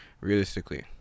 realistically